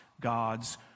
God's